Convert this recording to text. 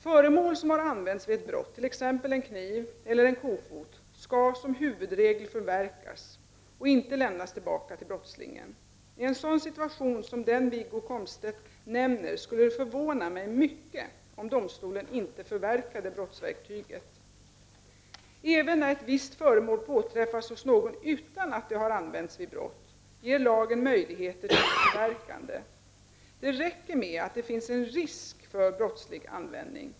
Föremål som har använts vid ett brott, t.ex. en kniv eller en kofot, skall som huvudregel förverkas och inte lämnas tillbaka till brottslingen. I en sådan situation som den Wiggo Komstedt nämner skulle det förvåna mig mycket om domstolen inte förverkade brottsverktyget. Även när ett visst föremål påträffas hos någon utan att det har använts vid brott ger lagen möjligheter till förverkande. Det räcker med att det finns en risk för brottslig användning.